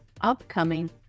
upcoming